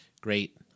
great